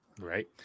Right